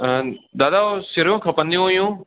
दादा सिरूं खपंदियूं हुयूं